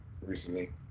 recently